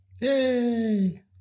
Yay